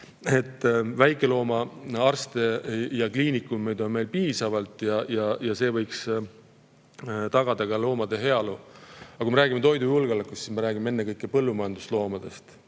et väikeloomaarste ja -kliinikume on meil piisavalt ning see võiks tagada ka loomade heaolu. Aga kui me räägime toidujulgeolekust, siis käib jutt ennekõike põllumajandusloomadest.